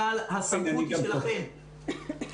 אבל הסמכות היא שלכם.